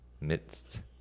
midst